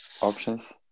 options